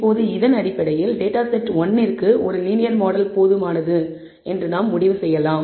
இப்போது இதன் அடிப்படையில் டேட்டா செட் 1 ற்கு ஒரு லீனியர் மாடல் போதுமானது என்று பாதுகாப்பாக முடிவு செய்யலாம்